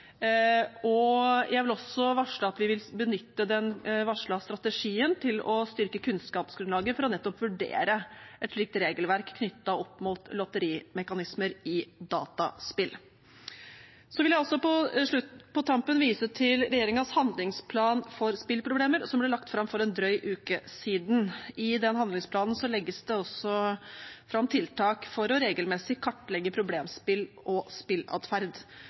Jeg vil også varsle at vi vil benytte den varslede strategien til å styrke kunnskapsgrunnlaget for nettopp å kunne vurdere et slikt regelverk knyttet opp mot lotterimekanismer i dataspill. Jeg vil på tampen også vise til regjeringens Handlingsplan mot spilleproblemer, som ble lagt fram for en drøy uke siden. I den handlingsplanen legges det også fram tiltak for regelmessig å kartlegge problemspill og